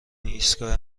ایستگاه